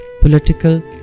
political